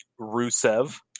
Rusev